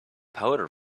powder